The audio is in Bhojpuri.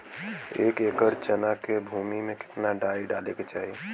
एक एकड़ चना के भूमि में कितना डाई डाले के चाही?